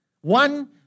One